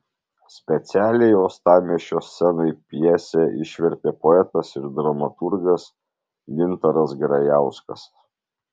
specialiai uostamiesčio scenai pjesę išvertė poetas ir dramaturgas gintaras grajauskas